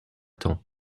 tant